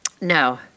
No